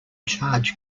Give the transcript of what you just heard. charge